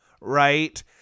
right